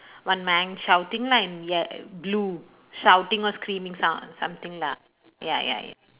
one man shouting like ye~ blue shouting or screaming sound something lah ya ya ya